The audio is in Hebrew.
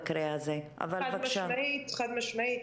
הקפאנו את כל הגיוס והאבחון של משפחות אומנה חדשות.